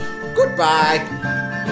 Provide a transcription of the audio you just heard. goodbye